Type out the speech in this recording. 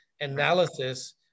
analysis